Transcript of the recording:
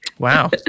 Wow